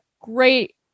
great